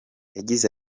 yagize